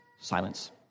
Silence